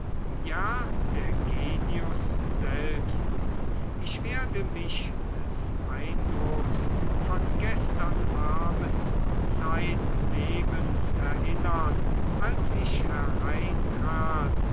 ja der genius selbst ich werde mich des eindrucks von gestern abend zeitlebens erinnern als ich hereintrat